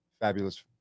fabulous